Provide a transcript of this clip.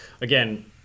again